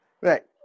Right